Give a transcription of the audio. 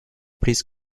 please